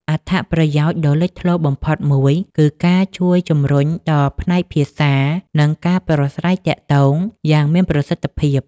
អត្ថប្រយោជន៍ដ៏លេចធ្លោបំផុតមួយគឺការជួយជំរុញដល់ផ្នែកភាសា និងការប្រស្រ័យទាក់ទងយ៉ាងមានប្រសិទ្ធភាព។